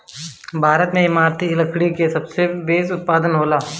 भारत में इमारती लकड़ी के सबसे बेसी उत्पादन होला